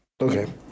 Okay